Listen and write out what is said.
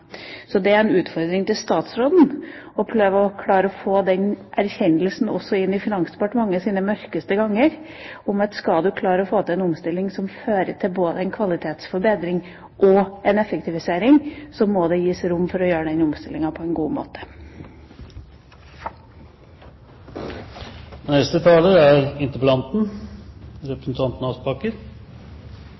Så det er en utfordring til statsråden å prøve å klare å få den erkjennelsen også inn i Finansdepartementets mørkeste ganger, at skal du klare å få til en omstilling som fører til både en kvalitetsforbedring og en effektivisering, må det gis rom for å gjøre den omstillinga på en god